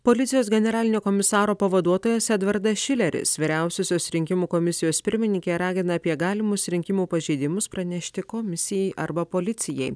policijos generalinio komisaro pavaduotojas edvardas šileris vyriausiosios rinkimų komisijos pirmininkė ragina apie galimus rinkimų pažeidimus pranešti komisijai arba policijai